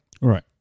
Right